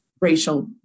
racial